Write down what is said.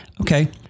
okay